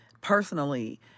personally